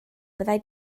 byddai